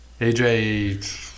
AJ